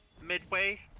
Midway